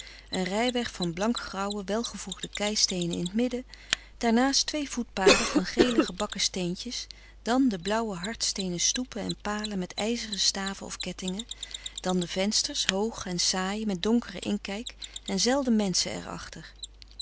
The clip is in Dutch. een rijweg van blank grauwe welgevoegde kei steenen in t midden daarnaast twee voetpaden van gele gebakken steentjes dan de blauw hardsteenen stoepen en palen met ijzeren staven of kettingen dan de vensters hoog en saai met donkere inkijk en zelden menschen